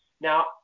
Now